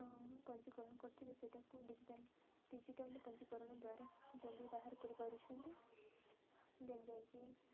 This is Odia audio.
ହଁ ପଞ୍ଜିକରଣ କରିଥିବେ ସେଇଟାକୁ ଡିଜିଟାଲ୍ ଡିଜିଟାଲ୍ରେ ପଞ୍ଜିକରଣ ଦ୍ୱାରା ଜଲ୍ଦି ବାହାର କରିପାରୁଛନ୍ତି ଦେନ୍ ଯାଇକି